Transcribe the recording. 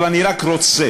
אבל אני רק רוצה